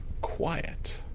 quiet